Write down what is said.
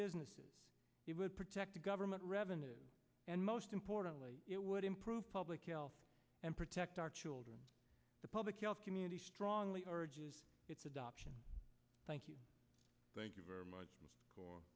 businesses it would protect the government revenue and most importantly it would improve public health and protect our children the public health community strongly urging its adoption thank you thank you very much f